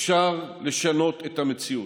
אפשר לשנות את המציאות.